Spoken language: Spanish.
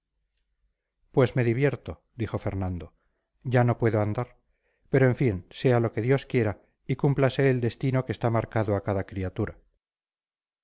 pues me divierto dijo fernando ya no puedo andar pero en fin sea lo que dios quiera y cúmplase el destino que está marcado a cada criatura